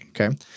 Okay